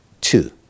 two